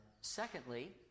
Secondly